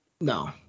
No